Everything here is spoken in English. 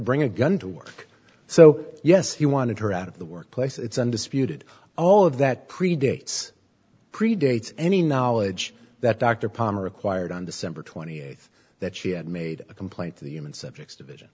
bring a gun to work so yes he wanted her out of the workplace it's undisputed all of that pre dates predates any knowledge that dr palmer acquired on december twenty eighth that she had made a complaint to the human subjects division